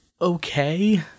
okay